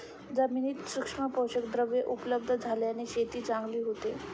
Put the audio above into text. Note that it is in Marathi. जमिनीत सूक्ष्म पोषकद्रव्ये उपलब्ध झाल्याने शेती चांगली होते